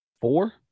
four